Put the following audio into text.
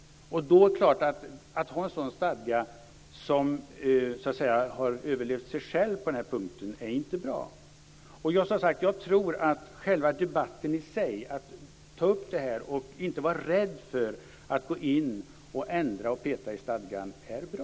Att ha en sådan stadga som så att säga har överlevt sig själv på denna punkt är naturligtvis inte bra. Jag tror att debatten i sig, att man tar upp detta och att man inte är rädd för att gå in och ändra och peta i stadgan, är bra.